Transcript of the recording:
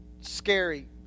scary